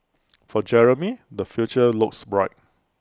for Jeremy the future looks bright